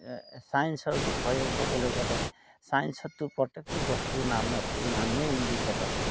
ছায়েঞ্চৰ বিষয়েও ক'বলৈ গ'লে ছায়ঞ্চততো প্ৰত্যেকটো বস্তুৰ নামত নামেই ইংলিছত আছে